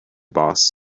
boss